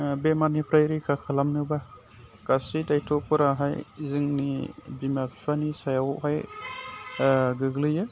बेमारनिफ्राय रैखा खालामनोब्ला गासि दायथ'फोराहाय जोंनि बिमा बिफानि सायावहाय गोग्लैयो